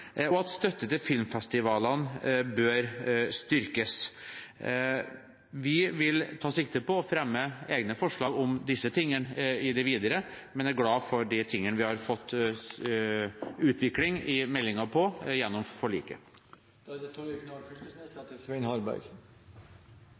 og at støtten til filmfestivalene bør styrkes. Vi vil ta sikte på å fremme egne forslag om disse tingene i det videre, men er glad for de tingene der vi har fått til utvikling av meldingen, gjennom forliket.